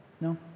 No